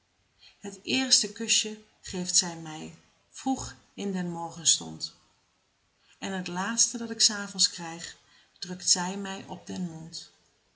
het eerste kusje geeft zij mij vroeg in den morgenstond en t laatste dat ik s avonds krijg drukt zij mij op den mond